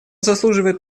заслуживает